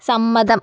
സമ്മതം